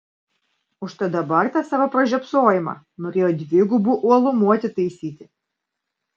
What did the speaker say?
užtat dabar tą savo pražiopsojimą norėjo dvigubu uolumu atitaisyti